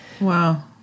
Wow